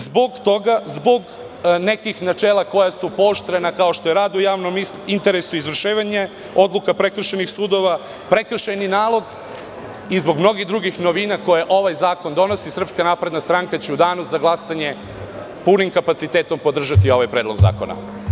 Zbog toga, zbog nekih načela koja su pooštrena, kao što je rad u javnom interesu, izvršavanje odluka prekršajnih sudova, prekršajnih naloga i zbog mnogo drugih novina koje ovaj zakon donosi, SNS će u Danu za glasanje punim kapacitetom podržati ovaj predlog zakona.